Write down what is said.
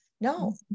No